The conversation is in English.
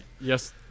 Yes